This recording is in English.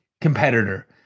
competitor